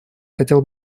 хотела